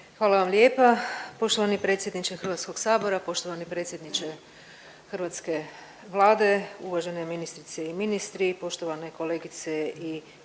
Hvala vam lijepa. Poštovani predsjedniče Hrvatskog sabora, poštovani predsjedniče hrvatske Vlade, uvažene ministrice i ministri, poštovane kolegice i